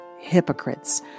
hypocrites